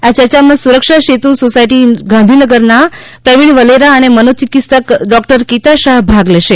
આ ચર્ચામાં સુરક્ષા સેતુ સોસાયટી ગાંધીનગરના પ્રવિણ વલેરા અને મનોચિકિત્સક ડોકટર કિતા શાહ ભાગ લેશે